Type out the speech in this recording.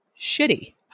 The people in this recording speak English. shitty